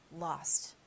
lost